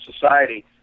society